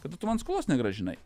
tada tu man skolos negrąžinai